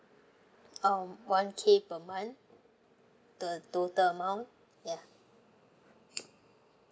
um one K per month the total amount ya